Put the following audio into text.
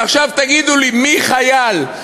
אז עכשיו תגידו לי מי חייל?